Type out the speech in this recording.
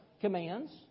commands